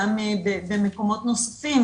גם במקומות נוספים,